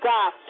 God